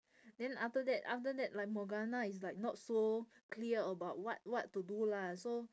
then after that after that like morgana is like not so clear about what what to do lah so